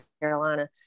Carolina